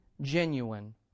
genuine